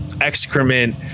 excrement